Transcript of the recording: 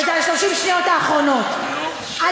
וזה ב-30 השניות האחרונות, נו.